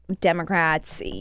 Democrats